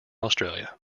australia